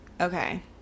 okay